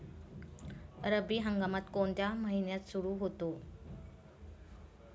रब्बी हंगाम कोणत्या महिन्यात सुरु होतो?